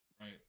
Right